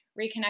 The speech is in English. reconnect